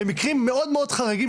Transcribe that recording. רק במקרים מאוד מאוד חריגים,